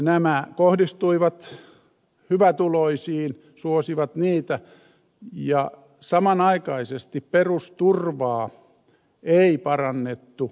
nämä kohdistuivat hyvätuloisiin suosivat niitä ja samanaikaisesti perusturvaa ei parannettu